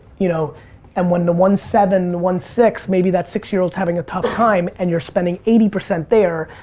you know and when and one's seven and one's six, maybe that six year old is having a tough time and you're spending eighty percent there,